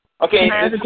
Okay